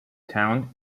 town